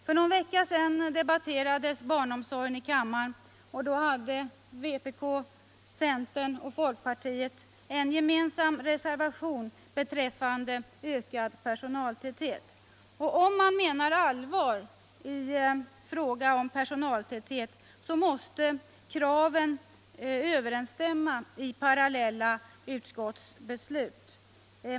För någon vecka sedan diskuterades barnomsorgen i kammaren, och då hade vpk, centern och folkpartiet en gemensam reservation beträffande ökad personaltäthet, och om man menar allvar i frågan om personaltätheten måste de krav man för fram överensstämma i parallella utskottsbeslut.